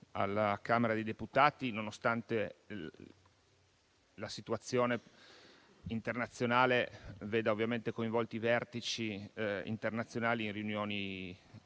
alla Camera dei deputati, nonostante la situazione internazionale veda coinvolti i vertici internazionali in riunioni